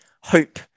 hope